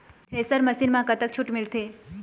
Thresher machine म कतक छूट मिलथे?